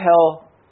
tell